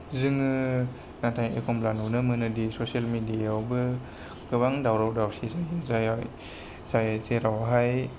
जोङो नाथाय एखमब्ला नुनो मोनो दि ससियेल मिडियायावबो गोबां दावराव दावसि जायो जाय जेरावहाय